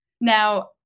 Now